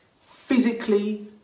physically